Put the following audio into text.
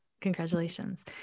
Congratulations